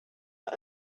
are